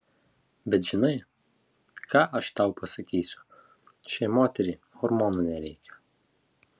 bet žinai ką aš tau pasakysiu šiai moteriai hormonų nereikia